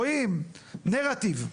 רואים נרטיב.